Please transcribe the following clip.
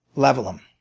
level him.